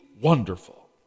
wonderful